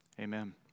Amen